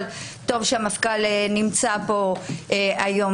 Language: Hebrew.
אבל טוב שהמפכ"ל נמצא פה היום,